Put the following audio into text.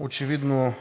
Очевидно